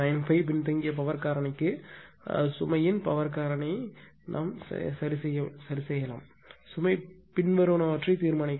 9 பின்தங்கிய பவர் காரணிக்கு சுமையின் பவர் காரணி சரி செய்யப்படுகிறது சுமை பின்வருவனவற்றை தீர்மானிக்கிறது